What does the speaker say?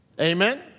Amen